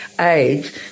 Age